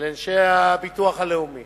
לאנשי הביטוח הלאומי